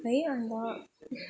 है अन्त